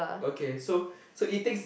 okay so so it takes